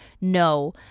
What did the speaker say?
no